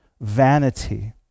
vanity